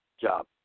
job